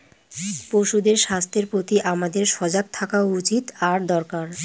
পশুদের স্বাস্থ্যের প্রতি আমাদের সজাগ থাকা উচিত আর দরকার